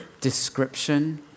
description